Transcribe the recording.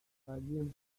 один